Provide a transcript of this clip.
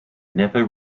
never